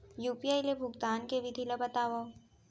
UPI ले भुगतान के विधि ला बतावव